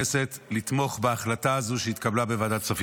והגנת הסביבה לצורך הכנתה לקריאה שנייה ושלישית.